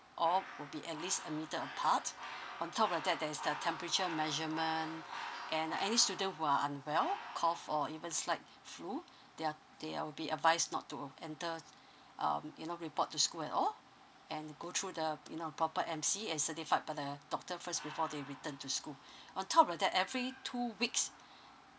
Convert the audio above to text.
all will be at least a meter apart on top of that there is the temperature measurement and student who are unwell call for even slight flu they are they uh will be advised not to enter um you know report to school and all and go through the you know proper M_C as certified by the doctor first before they return to school on top of that every two weeks